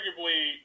arguably